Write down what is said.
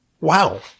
Wow